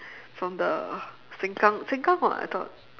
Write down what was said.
from the sengkang sengkang [what] I thought